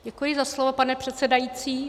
Děkuji za slovo, pane předsedající.